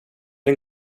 den